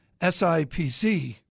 SIPC